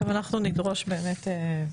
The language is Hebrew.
גם אנחנו נדרוש באמת.